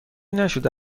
نشده